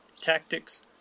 tactics